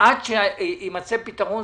עד שיימצא פתרון.